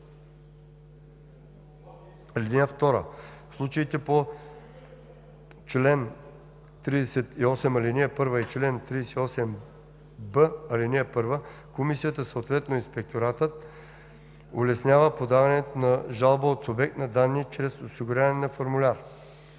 (2) В случаите по чл. 38, ал. 1 и чл. 38б, ал. 1 комисията, съответно инспекторатът улеснява подаването на жалба от субект на данни чрез осигуряване на формуляр.